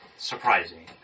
surprising